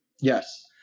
Yes